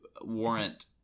warrant